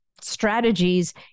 strategies